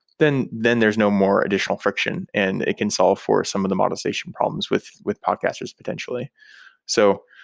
then then there's no more additional friction and it can solve for some of the monetization problems with with podcasters potentially so